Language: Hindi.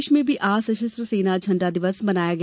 प्रदेश में भी आज सशस्त्र सेना झंडा दिवस मनाया गया